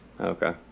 Okay